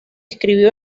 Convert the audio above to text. escribió